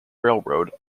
railroad